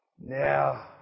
Now